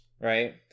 right